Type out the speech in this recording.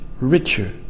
richer